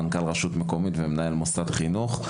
מנכ״ל רשות מקומית ומנהל מוסד חינוך.